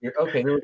Okay